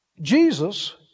Jesus